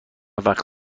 وقت